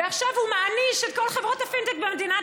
ועכשיו הוא מעניש את כל חברות הפינטק במדינת